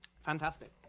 fantastic